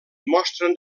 mostren